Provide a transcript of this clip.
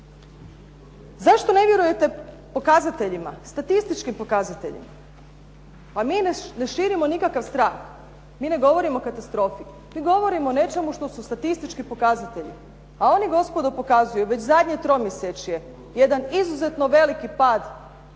Zašto ne vjerujete pokazateljima, statističkim pokazateljima? Pa mi ne širimo nikakav strah, mi ne govorimo o katastrofi. Mi govorimo o nečemu što su statistički pokazatelji, a oni gospodo pokazuju već zadnje tromjesečje jedan izuzetno veliki pad